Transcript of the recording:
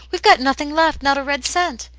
we've got nothing left, not a red cent.